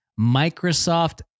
Microsoft